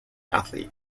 athlete